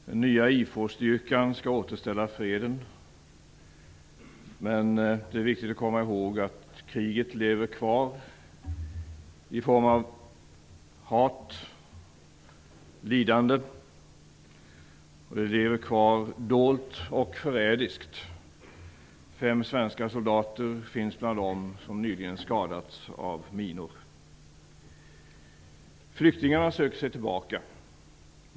Den nya IFOR-styrkan skall återställa freden, men det är viktigt att komma ihåg att kriget lever kvar i form av hat, lidande, dolt och förrädiskt. Fem svenska soldater finns bland dem som nyligen skadats av minor. Flyktingarna söker sig tillbaka.